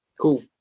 Cool